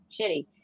shitty